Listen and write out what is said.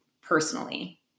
personally